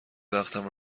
وقتم